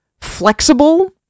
flexible